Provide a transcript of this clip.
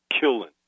killing